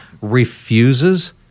refuses